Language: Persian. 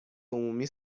عمومی